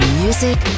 music